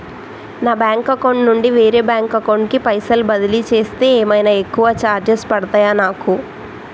నా bank account నుండి వేరే బ్యాంక్ అకౌంట్ కి పైసల్ బదిలీ చేస్తే ఏమైనా ఎక్కువ చార్జెస్ పడ్తయా నాకు?